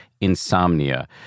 insomnia